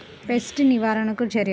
Pest నివారణకు చర్యలు?